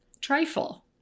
trifle